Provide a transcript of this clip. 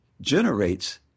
generates